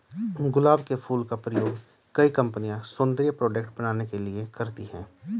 गुलाब के फूल का प्रयोग कई कंपनिया सौन्दर्य प्रोडेक्ट बनाने के लिए करती है